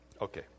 Okay